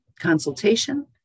consultation